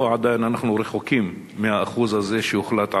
שעדיין אנחנו רחוקים מהאחוז הזה שהוחלט עליו?